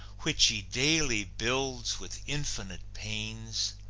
which he daily builds with infinite pains,